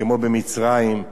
כמו במצרים,